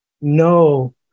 no